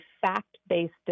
fact-based